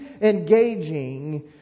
engaging